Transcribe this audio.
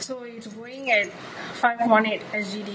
so its going at five one eight S_G_D